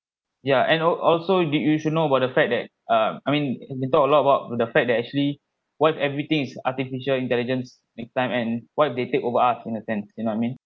ya and al~ also did you should know about the fact that uh I mean and they talk a lot about the fact that actually what if everything is artificial intelligence take time and what if they take over us that a sense you know I mean